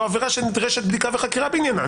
זו עבירה שנדרשת בדיקה וחקירה בעניינה,